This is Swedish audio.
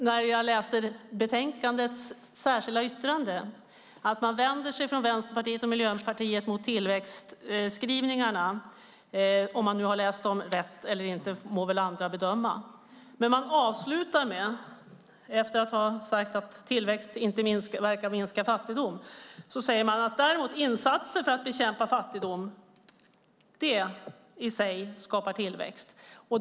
När jag läser betänkandets särskilda yttrande ser jag att man från Vänsterpartiet och Miljöpartiet vänder sig emot tillväxtskrivningarna - om man nu har läst dem rätt eller inte må andra bedöma - men efter att ha sagt att tillväxt inte verkar minska fattigdom avslutar man med att insatser för att bekämpa fattigdom i sig skapar tillväxt.